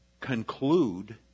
conclude